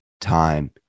time